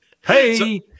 Hey